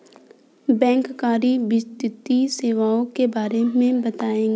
बैंककारी वित्तीय सेवाओं के बारे में बताएँ?